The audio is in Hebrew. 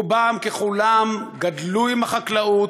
רובם ככולם גדלו עם החקלאות,